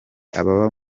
ababa